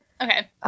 Okay